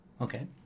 Okay